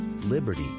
Liberty